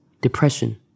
Depression